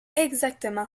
exactement